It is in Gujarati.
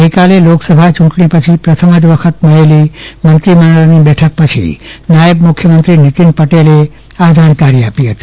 ગઈકાલે લોકસભા ચુંટણી પછી પ્રથમ વખત જ મળેલી મંત્રીમંડળની બેઠકમાં નાયબ મુખ્યમંત્રી નીતિન પટેલે આ જાણકારી આપી હતી